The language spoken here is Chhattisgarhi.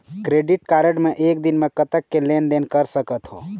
क्रेडिट कारड मे एक दिन म कतक के लेन देन कर सकत हो?